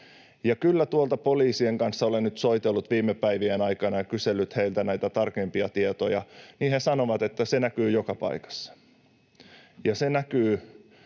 suuri. Kun poliisien kanssa olen nyt soitellut viime päivien aikana ja kysellyt heiltä näitä tarkempia tietoja, niin he kyllä sanovat, että se näkyy joka paikassa. Se näkyy